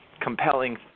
compelling